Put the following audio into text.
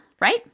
right